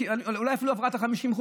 אולי אפילו עברה את ה-50%,